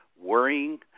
worrying